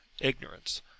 ignorance